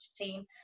team